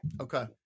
Okay